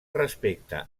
respecta